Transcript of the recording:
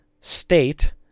state